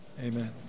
Amen